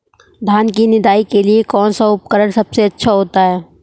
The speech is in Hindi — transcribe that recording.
धान की निदाई के लिए कौन सा उपकरण सबसे अच्छा होता है?